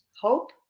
hope